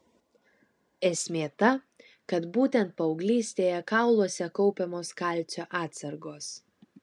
esmė ta kad būtent paauglystėje kauluose kaupiamos kalcio atsargos